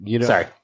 Sorry